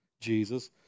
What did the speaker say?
Jesus